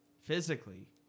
physically